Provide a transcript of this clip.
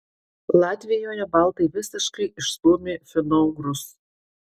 latvijoje baltai visiškai išstūmė finougrus